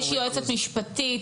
יש יועצת משפטית,